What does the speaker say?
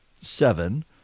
seven